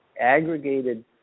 aggregated